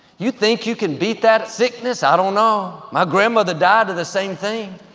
you think you can beat that sickness? i don't know, my grandmother died of the same thing.